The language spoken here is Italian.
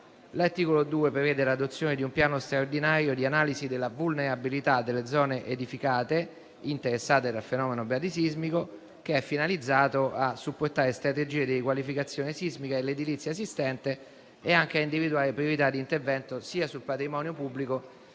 L'articolo 2 prevede l'adozione di un piano straordinario di analisi della vulnerabilità delle zone edificate interessate dal fenomeno bradisismico, che è finalizzato a supportare strategie di riqualificazione sismica e l'edilizia esistente e anche a individuare priorità di intervento sul patrimonio sia pubblico